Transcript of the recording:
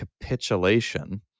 capitulation